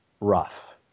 rough